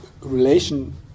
relation